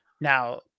now